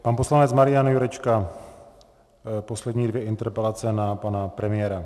Pan poslanec Marian Jurečka poslední dvě interpelace na pana premiéra.